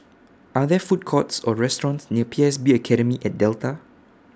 Are There Food Courts Or restaurants near P S B Academy At Delta